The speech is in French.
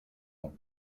ans